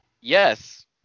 Yes